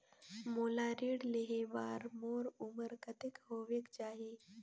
मोला ऋण लेहे बार मोर उमर कतेक होवेक चाही?